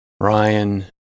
Ryan